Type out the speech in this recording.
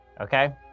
okay